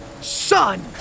son